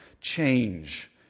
change